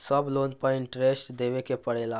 सब लोन पर इन्टरेस्ट देवे के पड़ेला?